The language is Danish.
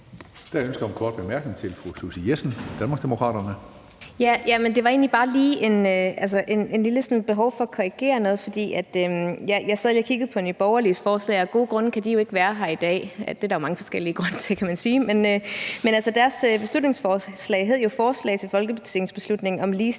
om en kort bemærkning fra fru Susie Jessen, Danmarksdemokraterne. Kl. 18:31 Susie Jessen (DD): Jeg havde egentlig bare lige et lille behov for at korrigere noget. For jeg sad lige og kiggede på Nye Borgerliges forslag. Af gode grunde kan de jo ikke være her i dag; det er der mange forskellige grunde til, kan man sige. Deres beslutningsforslag hed jo forslag til folketingsbeslutning om ligestilling